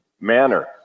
manner